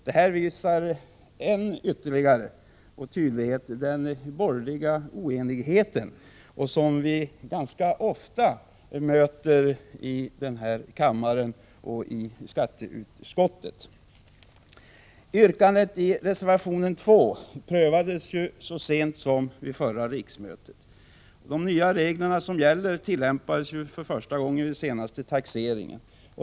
Det här visar än tydligare den borgerliga oenigheten, som vi ganska ofta möter här i kammaren och i skatteutskottet. Yrkandet i reservation 2 prövades så sent som vid förra riksmötet. De nya regler som gäller tillämpades för första gången vid den senaste taxeringen.